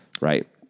right